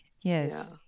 Yes